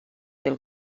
del